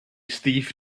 steve